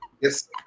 Yes